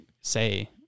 say